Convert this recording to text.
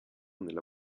nella